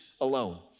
alone